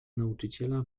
nauczyciela